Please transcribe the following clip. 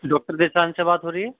doctor Zeeshan سے بات ہو رہی ہے